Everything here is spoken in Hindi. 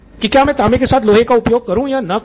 कि क्या मैं तांबे के साथ लोहे का उपयोग करूँ या न करूँ